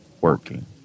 working